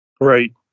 Right